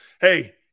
Hey